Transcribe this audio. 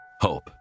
Hope